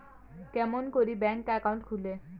কেমন করি bank account খুলে?